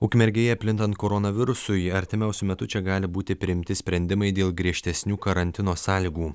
ukmergėje plintant koronavirusui artimiausiu metu čia gali būti priimti sprendimai dėl griežtesnių karantino sąlygų